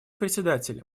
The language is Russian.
председатель